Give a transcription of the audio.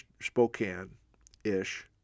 Spokane-ish